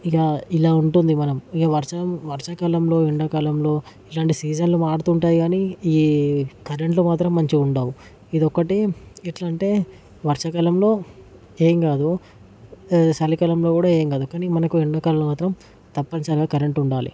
ఇక ఇలా ఉంటుంది మనం ఇక వర్షం వర్షకాలంలో ఎండాకాలంలో ఇలాంటి సీజన్లు మారుతూంటాయి కానీ ఈ కరెంట్లు మాత్రం మంచిగా ఉండవు ఇదొకటి ఎట్లా అంటే వర్షకాలంలో ఏం కాదు సలికాలంలో కూడా ఏం కాదు కానీ మనకు ఎండాకాలంలో మాత్రం తప్పనిసరిగా కరెంట్ ఉండాలి